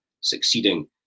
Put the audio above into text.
succeeding